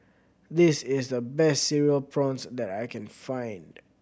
this is the best Cereal Prawns that I can find